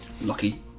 Lucky